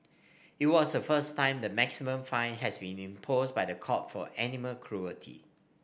it was the first time the maximum fine has been imposed by the court for animal cruelty